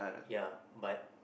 ya but